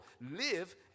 live